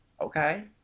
Okay